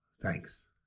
Thanks